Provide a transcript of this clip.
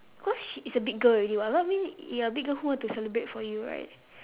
cause she is a big girl already [what] what I mean you are a big girl who want to celebrate for you right